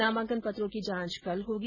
नामांकन पत्रों की जांच कल होगी